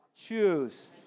choose